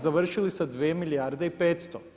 Završili sa 2 milijarde i 500.